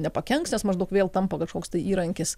nepakenks nes maždaug vėl tampa kažkoks tai įrankis